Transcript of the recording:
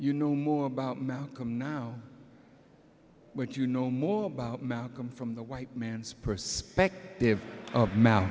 you know more about malcolm now which you know more about malcolm from the white man's perspective of m